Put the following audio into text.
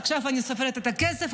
עכשיו אני סופרת את הכסף.